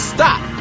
Stop